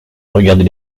regardez